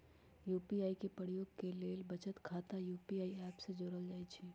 UPI के प्रयोग के लेल बचत खता के यू.पी.आई ऐप से जोड़ल जाइ छइ